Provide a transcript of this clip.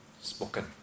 spoken